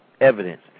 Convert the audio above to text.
evidence